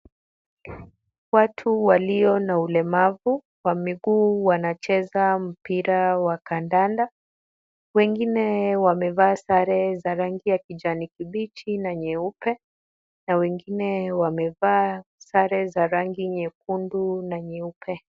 Watu walio na ulemavu wa miguu wanacheza mpira wa kandanda. Wengine wamevaa sare za rangi ya kijani kibichi na nyeupe, na wengine wamevaa sare za rangi nyekundu na nyeupe.